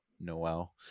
noel